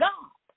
God